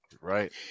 Right